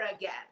again